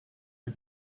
you